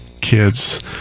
kids